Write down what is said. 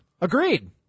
Agreed